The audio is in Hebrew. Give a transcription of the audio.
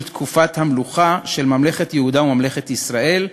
תקופת המלוכה של ממלכת יהודה וממלכת ישראל,